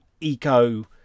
eco